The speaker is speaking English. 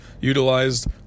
utilized